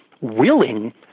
willing